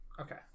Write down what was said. Okay